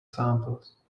samples